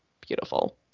beautiful